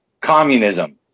communism